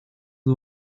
nur